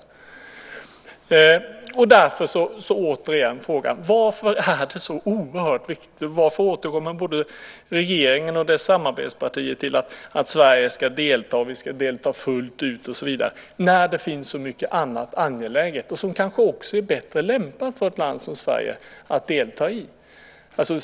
Därför ställer jag frågan återigen: Varför är det så oerhört viktigt, och varför återgår både regeringen och dess samarbetspartier till att Sverige ska delta och delta fullt ut, när det finns så mycket annat som är angeläget och som kanske också är bättre lämpat för ett land som Sverige att delta i?